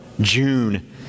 June